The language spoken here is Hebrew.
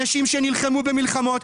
אנשים שנלחמו במלחמות,